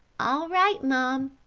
all right, mum.